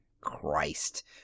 Christ